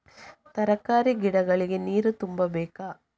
ತರಕಾರಿ ಗಿಡಗಳಿಗೆ ನೀರು ತುಂಬಬೇಕಾ?